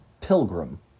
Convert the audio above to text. Pilgrim